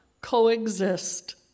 coexist